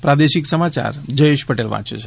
પ્રાદેશિક સમાચાર જયેશ પટેલ વાંચે છે